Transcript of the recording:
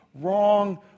wrong